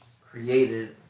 created